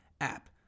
app